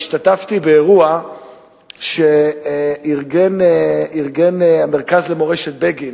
השתתפתי באירוע שארגן המרכז למורשת בגין,